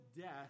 death